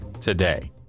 today